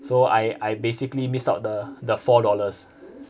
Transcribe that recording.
so I I basically missed out the the four dollars